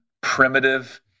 Primitive